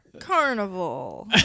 carnival